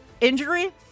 injury